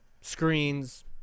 screens